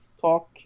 talk